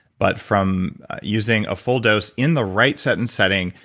but from using a full dose in the right set and setting,